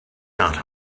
not